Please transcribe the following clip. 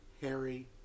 Harry